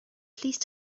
please